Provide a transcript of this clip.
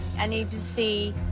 i need to see,